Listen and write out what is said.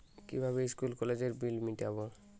কিভাবে স্কুল কলেজের বিল মিটাব?